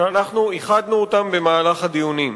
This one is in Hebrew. שאנחנו איחדנו אותן במהלך הדיונים.